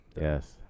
Yes